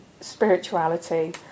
spirituality